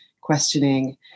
questioning